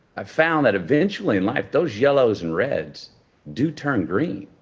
i found that eventually in life, those yellows and reds do turn green.